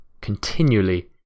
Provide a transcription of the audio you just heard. continually